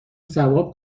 ثواب